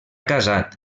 casat